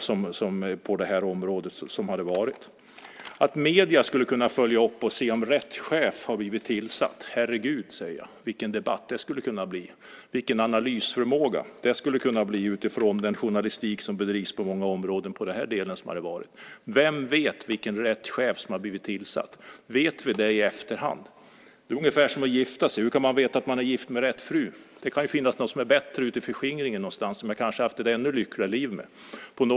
Sedan sägs det att medierna skulle kunna följa upp och se om rätt chef har blivit tillsatt. Herregud, vilken debatt det skulle kunna bli! Vilken analysförmåga det skulle visa utifrån den journalistik som bedrivs på många områden. Vem vet om det är rätt chef som har blivit tillsatt? Vet vi det i efterhand? Det är ungefär som att gifta sig. Hur kan man veta att man har rätt fru? Det kan ju finnas någon som är bättre ute i förskingringen någonstans som man kanske hade haft ett ännu lyckligare liv med.